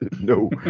No